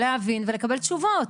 להבין ולקבל תשובות.